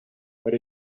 but